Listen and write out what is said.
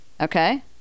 okay